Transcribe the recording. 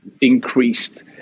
increased